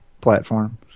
platform